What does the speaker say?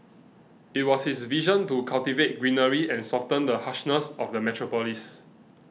it was his vision to cultivate greenery and soften the harshness of the metropolis